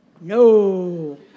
No